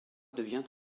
devient